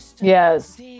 Yes